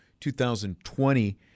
2020